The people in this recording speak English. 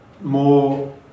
more